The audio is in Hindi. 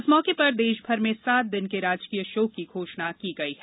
इस मौके पर देश भर में सात दिन की राजकीय शोक की घोषणा की गई है